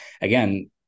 again